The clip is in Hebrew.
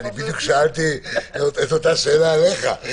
שאלתי את אותה שאלה עליך.